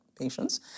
patients